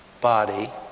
body